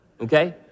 okay